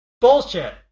Bullshit